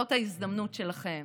זאת ההזדמנות שלכם